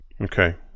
Okay